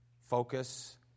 Focus